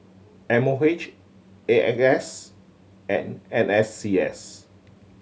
M O H A X S and N S C S